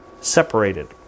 separated